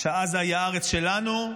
שעזה היא הארץ שלנו,